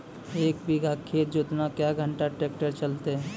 एक बीघा खेत जोतना क्या घंटा ट्रैक्टर चलते?